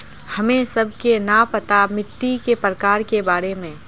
हमें सबके न पता मिट्टी के प्रकार के बारे में?